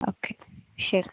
okay ശരി